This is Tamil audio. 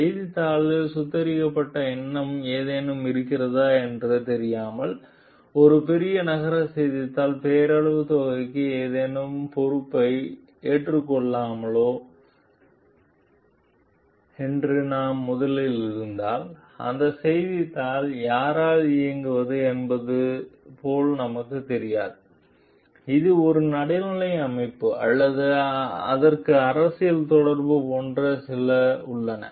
செய்தித்தாளின் சுத்திகரிக்கப்பட்ட எண்ணம் ஏதேனும் இருக்கிறதா என்று தெரியாமல் ஒரு பெரிய நகர செய்தித்தாள் பெயரளவு தொகைக்கு ஏதேனும் பொறுப்பை ஏற்றுக்கொள்வோமா என்று நாம் முதலில் இருந்தால் அந்த செய்தித்தாள் யாரால் இயங்கியது என்பது போல் நமக்குத் தெரியாது இது ஒரு நடுநிலை அமைப்பு அல்லது அதற்கு அரசியல் தொடர்பு போன்ற சில உள்ளன